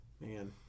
Man